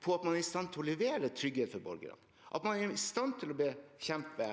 på, er om man er i stand til å levere trygghet for borgerne, om man er i stand til å bekjempe